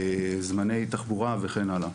זמני תחבורה וכן הלאה,